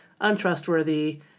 untrustworthy